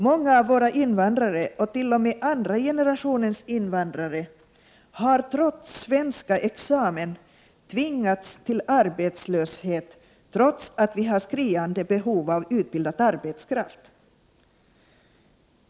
Många av våra invandrare, och t.o.m. andra generationens invandrare, har trots svenska examina tvingats till arbetslöshet, fastän vi har skriande behov av utbildad arbetskraft.